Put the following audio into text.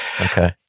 Okay